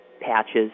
patches